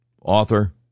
author